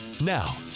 Now